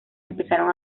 empezaron